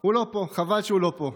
הוא לא פה, חבל שהוא לא פה,